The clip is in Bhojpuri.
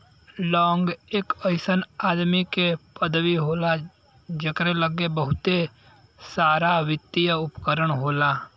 लांग एक अइसन आदमी के पदवी होला जकरे लग्गे बहुते सारावित्तिय उपकरण होला